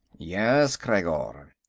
yes, khreggor.